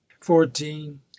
fourteen